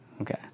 Okay